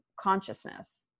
consciousness